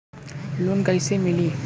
Loan कइसे मिलि?